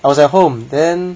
I was at home then